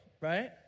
right